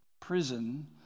prison